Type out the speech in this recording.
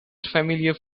familiar